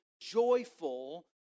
joyful